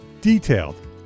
Detailed